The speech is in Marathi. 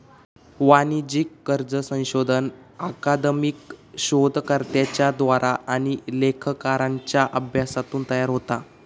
वाणिज्यिक कर्ज संशोधन अकादमिक शोधकर्त्यांच्या द्वारा आणि लेखाकारांच्या अभ्यासातून तयार होता